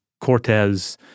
Cortez